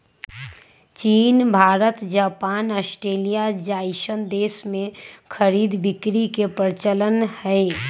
चीन Bharat Japan Australia जइसन देश में खरीद बिक्री के परचलन हई